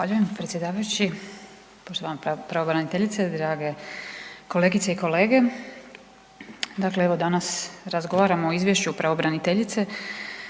Zahvaljujem predsjedavajući, poštovana pravobraniteljice, drage kolegice i kolege. Dakle, evo danas razgovaramo o izvješću pravobraniteljice